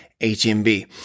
HMB